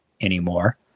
anymore